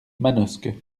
manosque